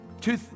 two